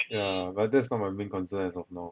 yah but that's not my main concern as of now